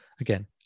Again